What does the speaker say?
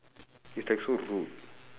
it's like so rude